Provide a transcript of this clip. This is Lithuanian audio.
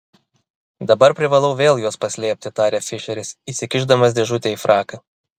dabar privalau vėl juos paslėpti tarė fišeris įsikišdamas dėžutę į fraką